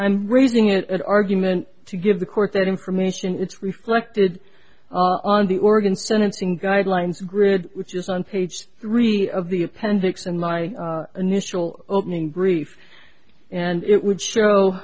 'm raising it at argument to give the court that information it's reflected on the organ sentencing guidelines grid which is on page three of the appendix and my initial opening brief and it would show